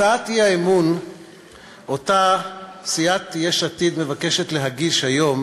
הצעת האי-אמון שסיעת יש עתיד מבקשת להגיש היום